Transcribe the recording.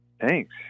Thanks